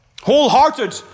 Wholehearted